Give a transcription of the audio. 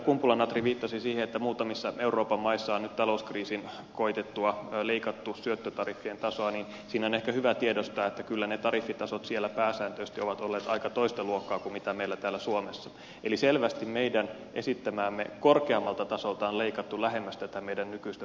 kumpula natri viittasi siihen että muutamissa euroopan maissa on nyt talouskriisin koitettua leikattu syöttötariffien tasoa niin siinä on ehkä hyvä tiedostaa että kyllä ne tariffitasot siellä pääsääntöisesti ovat olleet aika toista luokkaa kuin meillä täällä suomessa eli selvästi meidän esittämäämme korkeammalta tasolta on leikattu lähemmäs tätä meidän nykyistä tasoamme